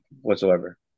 whatsoever